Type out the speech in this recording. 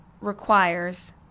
requires